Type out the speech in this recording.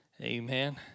Amen